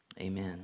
Amen